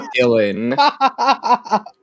Dylan